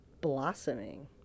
blossoming